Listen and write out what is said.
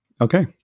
Okay